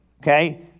okay